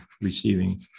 receiving